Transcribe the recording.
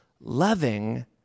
loving